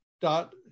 dot